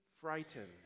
frightened